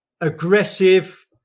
aggressive